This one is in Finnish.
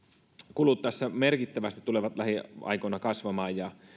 kulut tässä merkittävästi tulevat lähiaikoina kasvamaan ja